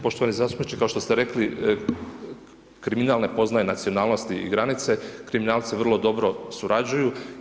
Poštovani zastupniče, kao što ste rekli, kriminal ne poznaje nacionalnosti i granice, kriminalci vrlo dobro surađuju.